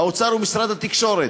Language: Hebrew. האוצר ומשרד התקשורת,